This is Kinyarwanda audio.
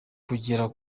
kugera